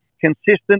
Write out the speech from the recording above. consistent